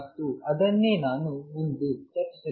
ಮತ್ತು ಅದನ್ನೇ ನಾನು ಮುಂದೆ ಚರ್ಚಿಸಲಿದ್ದೇನೆ